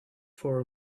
for